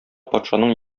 патшаның